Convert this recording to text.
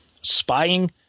spying